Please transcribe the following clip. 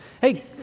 Hey